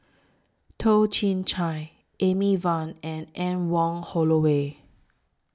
Toh Chin Chye Amy Van and Anne Wong Holloway